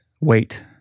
wait